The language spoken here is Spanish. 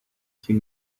sin